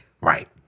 Right